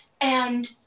And-